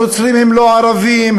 הנוצרים הם לא ערבים,